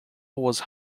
was